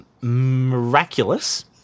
Miraculous